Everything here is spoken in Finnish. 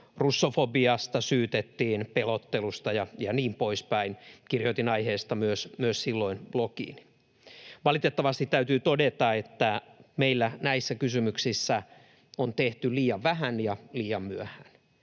russofobiasta syytettiin, pelottelusta ja niin poispäin. Kirjoitin aiheesta silloin myös blogiini. Valitettavasti täytyy todeta, että meillä näissä kysymyksissä on tehty liian vähän ja liian myöhään